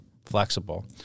Flexible